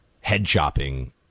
head-chopping